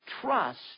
trust